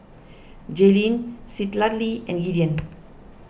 Jaylen Citlalli and Gideon